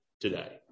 today